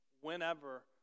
whenever